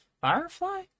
Firefly